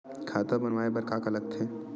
खाता बनवाय बर का का लगथे?